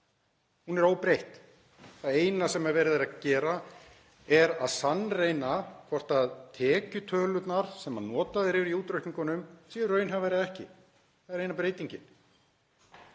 Hún er óbreytt. Það eina sem verið er að gera er að sannreyna hvort tekjutölurnar sem notaðar eru í útreikningunum séu raunhæfar eða ekki. Það er eina breytingin.